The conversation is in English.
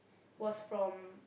was from